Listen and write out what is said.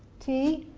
t,